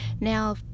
Now